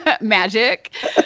Magic